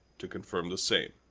to confirm the same.